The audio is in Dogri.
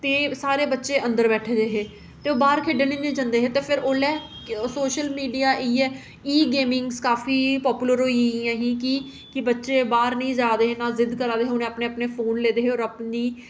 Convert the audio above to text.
ते सारे बच्चे अंदर बैठे दे हे ते ओह् बाह्र खेढ़न गै नेहें जंदे ते उसलै सोशल मीडिया इ'यै ई गेमिंग काफी पॉपुलर होई कि बच्चे बाहर निं जा दे हे ते जिद्द बड़ी करै दे हे ते उ'नें अपने अपने फोन लेदे हे होर अपनी